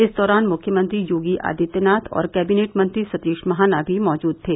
इस दौरान मुख्यमंत्री योगी आदित्यनाथ और कैदिनेट मंत्री सतीश महाना भी मौजूद थे